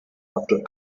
after